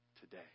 today